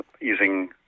using